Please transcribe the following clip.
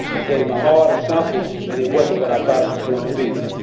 i gave my all to something and it wasn't what i thought it was going to be.